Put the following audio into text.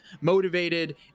motivated